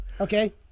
Okay